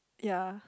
ya